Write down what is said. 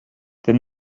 then